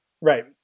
Right